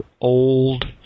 old